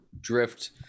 drift